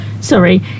Sorry